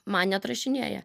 man neatrašinėja